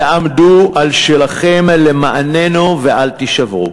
תעמדו על שלכם למעננו ואל תישברו,